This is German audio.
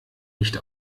nicht